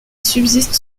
subsistent